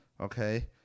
okay